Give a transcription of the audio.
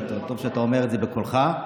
וטוב שאתה אומר את זה בקולך,